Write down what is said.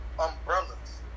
umbrellas